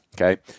Okay